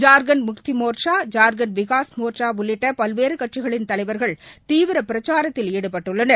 ஜார்க்கண்ட் முக்திமோர்ச்சா ஜார்க்கண்ட் விகாஸ் மோர்ச்சாஉள்ளிட்ட பல்வேறுகட்சிகளின் தலைவர்கள் தீவிரபிரச்சாரத்தில் ஈடுபட்டுள்ளனர்